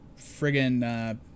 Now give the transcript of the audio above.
friggin